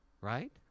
Right